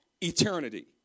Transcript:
eternity